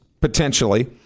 potentially